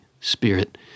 Spirit